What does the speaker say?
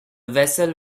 vessel